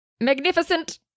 Magnificent